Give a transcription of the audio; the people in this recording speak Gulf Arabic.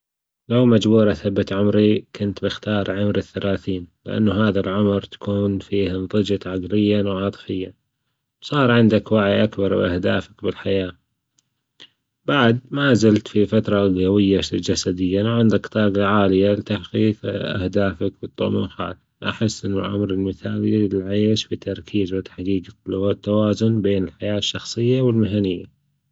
لو مجبور أثبت عمري كنت بأختار عمر الثلاثين، لأنه هذا العمر تكون فيه نضجت عقليا وعاطفيا، صار عندك وعي أكبر لأهدافك بالحياة بعد ما زلت في فترة أولوية، جسديا عندك طاقة عالية لتحقيق أهدافك والطموحات، أحس أنه العمر المثالي لعيش بتركيز وتحقيق لغة التوازن بين الحياة الشخصية والمهنية.